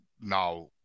now